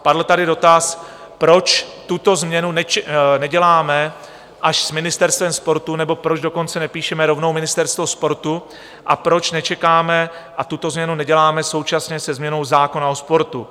Padl tady dotaz, proč tuto změnu neděláme až s ministerstvem sportu, nebo proč dokonce nepíšeme rovnou ministerstvo sportu a proč nečekáme a tuto změnu neděláme současně se změnou zákona o sportu.